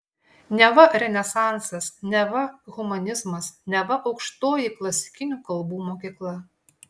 neva renesansas neva humanizmas neva aukštoji klasikinių kalbų mokykla